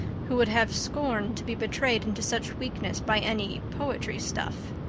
who would have scorned to be betrayed into such weakness by any poetry stuff.